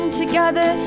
together